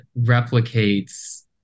replicates